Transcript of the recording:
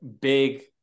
big